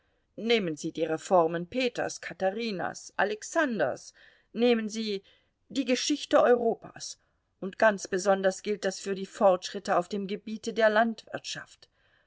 nehmen sie die reformen peters katharinas alexanders nehmen sie die geschichte europas und ganz besonders gilt das für die fortschritte auf dem gebiete der landwirtschaft